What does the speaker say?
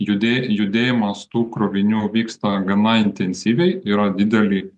judė judėjimas tų krovinių vyksta gana intensyviai yra dideli